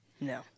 No